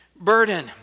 burden